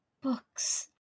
Books